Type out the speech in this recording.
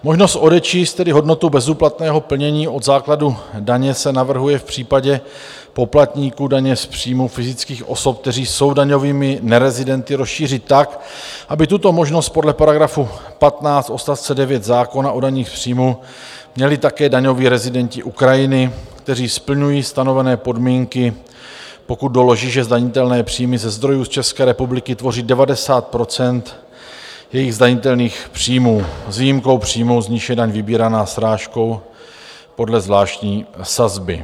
Možnost odečíst hodnotu bezúplatného plnění od základu daně se navrhuje v případě poplatníků daně z příjmu fyzických osob, kteří jsou daňovými nerezidenty, rozšířit tak, aby tuto možnost podle § 15 odst. 9 zákona o dani z příjmu měli také daňoví rezidenti Ukrajiny, kteří splňují stanovené podmínky, pokud doloží, že zdanitelné příjmy ze zdrojů z České republiky tvoří 90 % jejich zdanitelných příjmů, s výjimkou příjmů, z nichž je daň vybírána srážkou podle zvláštní sazby.